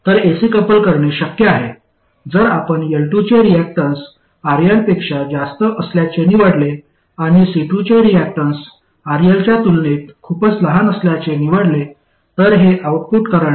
तर AC couple करणे शक्य आहे जर आपण L2 चे रिअॅक्टन्स RL पेक्षा जास्त असल्याचे निवडले आणि C2 चे रिअॅक्टन्स RL च्या तुलनेत खूपच लहान असल्याचे निवडले तर हे आऊटपुट करंट io RL मध्ये जाईल